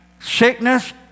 Sickness